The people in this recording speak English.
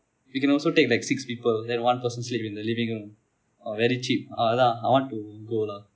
you can also take like six people than one person sleep in the living room !wah! very cheap அதான்:athaan I want to go lah